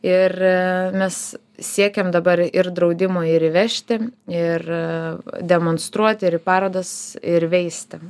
ir mes siekiam dabar ir draudimo ir įvežti ir demonstruoti ir į parodas ir veisti